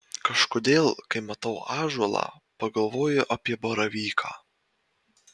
kažkodėl kai matau ąžuolą pagalvoju apie baravyką